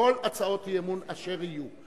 כל הצעות האי-אמון אשר יהיו,